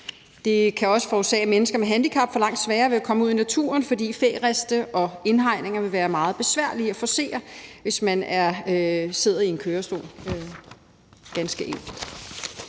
Det kan også forårsage, at mennesker med handicap får langt sværere ved at komme ud i naturen, fordi færiste og indhegninger ganske enkelt vil være meget besværlige at forcere, hvis man sidder i en kørestol.